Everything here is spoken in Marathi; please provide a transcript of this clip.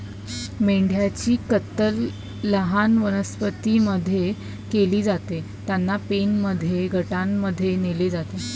मेंढ्यांची कत्तल लहान वनस्पतीं मध्ये केली जाते, त्यांना पेनमध्ये गटांमध्ये नेले जाते